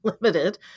limited